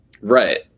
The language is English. right